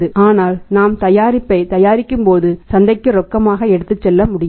ஆனால் நாம் தயாரிப்பைத் தயாரிக்கும்போது சந்தைக்கு ரொக்கமாக எடுத்துச் செல்ல முடியாது